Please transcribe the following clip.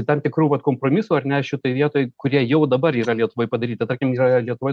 tam tikrų vat kompromisų ar ne šitoj vietoj kurie jau dabar yra lietuvoj padaryta tarkim yra lietuvoje